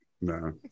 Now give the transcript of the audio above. no